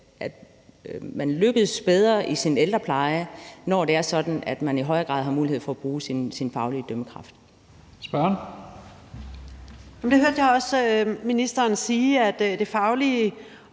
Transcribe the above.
på; man lykkes bedre i sin ældrepleje, når det er sådan, at man i højere grad har mulighed for at bruge sin faglige dømmekraft. Kl. 12:23 Første næstformand (Leif